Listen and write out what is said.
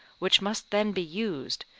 which must then be used,